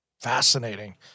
Fascinating